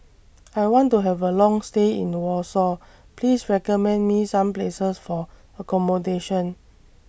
I want to Have A Long stay in Warsaw Please recommend Me Some Places For accommodation